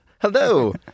Hello